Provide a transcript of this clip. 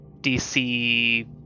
DC